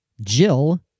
Jill